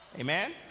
amen